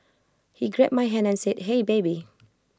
he grabbed my hand and said hey baby